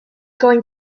going